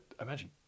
Imagine